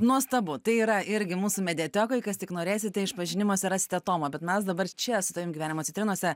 nuostabu tai yra irgi mūsų mediatekoj kas tik norėsite išpažinimas rasite tomą bet mes dabar čia su tavim gyvenimo citrinose